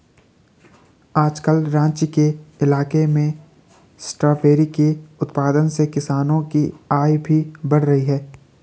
आजकल राँची के इलाके में स्ट्रॉबेरी के उत्पादन से किसानों की आय भी बढ़ रही है